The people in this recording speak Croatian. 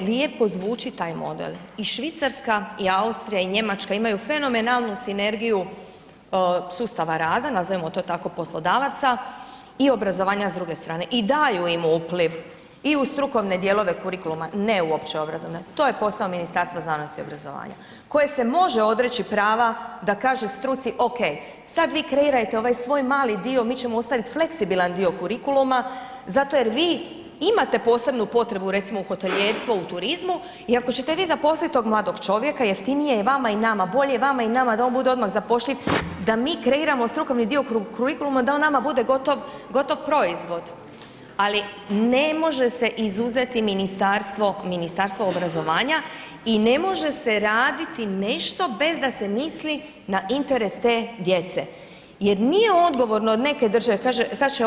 Lijepo zvuči taj model i Švicarska i Austrija i njemačka imaju fenomenalnu sinergiju sustava rada, nazovimo to tako poslodavaca i obrazovanja s druge strane i daju im upliv i u strukovne dijelove kurikuluma, ne u opće obrazovne, to je posao Ministarstva znanosti i obrazovanja koje se može odreći prava da kaže struci ok, sad vi kreirajte ovaj svoj mali dio, mi ćemo ostaviti fleksibilan dio kurikuluma zato jer vi imate posebnu potrebu recimo u hotelijerstvu, u turizmu i jako ćete vi zaposliti tog mladog čovjeka, jeftinije je i vama i nama, bolje i vama i nama da on bude odmah zapošljiv, da mi kreiramo strukovni dio kurikuluma, da on nama bude gotovo proizvod ali ne može se izuzeti Ministarstvo obrazovanja i ne može se raditi nešto bez da se misli na interes te djece jer nije odgovorno od neke države, kaže sad će